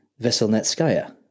Veselnetskaya